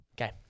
Okay